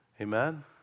Amen